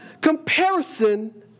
Comparison